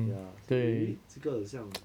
ya 这个很像